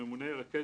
הממונה ירכז,